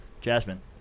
Jasmine